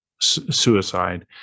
suicide